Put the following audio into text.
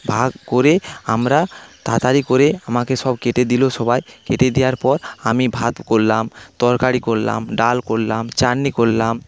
ভাগ করে আমরা তাড়াতাড়ি করে আমাকে সব কেটে দিল সবাই কেটে দেওয়ার পর আমি ভাত করলাম তরকারি করলাম ডাল করলাম চাটনি করলাম